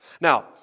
Now